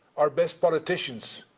our best politicians,